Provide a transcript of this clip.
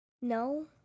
No